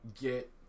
get